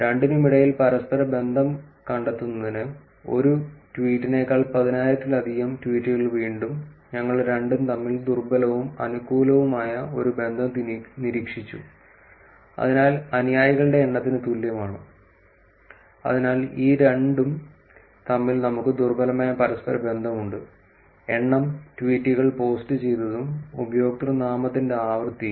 രണ്ടിനുമിടയിൽ പരസ്പര ബന്ധം കണ്ടെത്തുന്നതിന് ഒരു ട്വീറ്റിനേക്കാൾ പതിനായിരത്തിലധികം ട്വീറ്റുകൾ വീണ്ടും ഞങ്ങൾ രണ്ടും തമ്മിൽ ദുർബലവും അനുകൂലവുമായ ഒരു ബന്ധം നിരീക്ഷിച്ചു അതിനാൽ അനുയായികളുടെ എണ്ണത്തിന് തുല്യമാണ് അതിനാൽ ഈ രണ്ടും തമ്മിൽ നമുക്ക് ദുർബലമായ പരസ്പര ബന്ധമുണ്ട് എണ്ണം ട്വീറ്റുകൾ പോസ്റ്റുചെയ്തതും ഉപയോക്തൃനാമത്തിന്റെ ആവൃത്തിയും